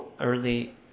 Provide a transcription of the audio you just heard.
early